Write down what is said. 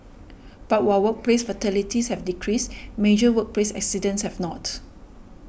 but while workplace fatalities have decreased major workplace accidents have not